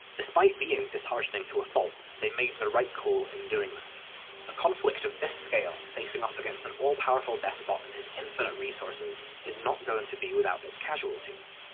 despite being disheartening to a fault, they made the right call in doing this a conflict of this scale, facing off against an all-powerful despot and his infinite resources, is not going to be without its casualties.